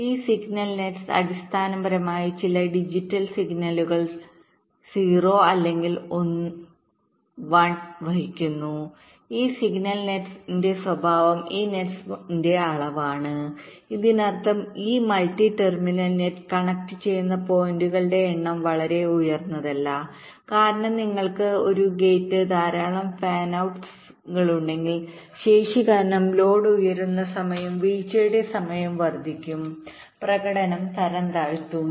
ഈ signal nets അടിസ്ഥാനപരമായി ചില ഡിജിറ്റൽ സിഗ്നലുകൾ 0 അല്ലെങ്കിൽ 1 വഹിക്കുന്നു ഈ സിഗ്നൽ നെറ്റ്സ് ന്റെ ഒരു സ്വഭാവം ഈ നെറ്റ്സ് ന്റെ അളവാണ് ഇതിനർത്ഥം ഈ മൾട്ടി ടെർമിനൽ നെറ്റ് കണക്ട് ചെയ്യുന്ന പോയിന്റുകളുടെ എണ്ണം വളരെ ഉയർന്നതല്ല കാരണം നിങ്ങൾക്ക് ഒരു ഗേറ്റ് ധാരാളം ഫാൻ ഔട്സ് കളുണ്ടെങ്കിൽ ശേഷി കാരണം ലോഡ് ഉയരുന്ന സമയവും വീഴ്ചയുടെ സമയവും വർദ്ധിക്കും പ്രകടനം തരംതാഴ്ത്തും